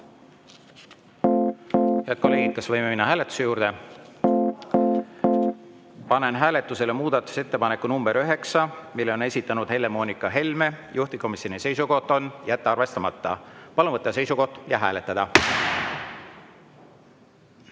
Head kolleegid, kas võime minna hääletuse juurde? (Saal on nõus.) Panen hääletusele muudatusettepaneku nr 9, mille on esitanud Helle-Moonika Helme, juhtivkomisjoni seisukoht on jätta arvestamata. Palun võtta seisukoht ja hääletada!